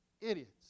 idiots